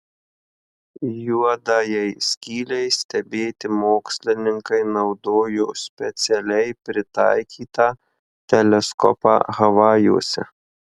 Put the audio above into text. juodajai skylei stebėti mokslininkai naudojo specialiai pritaikytą teleskopą havajuose